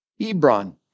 Ebron